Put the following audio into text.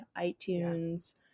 iTunes